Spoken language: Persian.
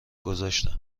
گذاشتم